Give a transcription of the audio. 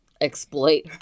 exploit